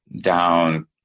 down